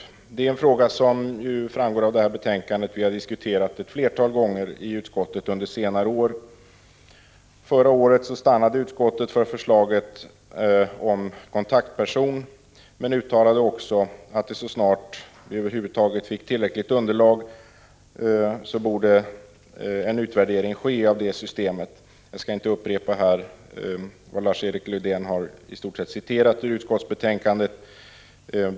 Detta är en fråga som vi, som framgår av betänkandet, har diskuterat ett flertal gånger i utskottet under senare år. Förra året stannade utskottet för förslaget om kontaktperson men uttalade också att så snart man över huvud taget fick tillräckligt underlag borde en utvärdering ske av detta system. Jag skall inte upprepa vad Lars-Erik Lövdén har sagt — han har i stort sett citerat ur betänkandet.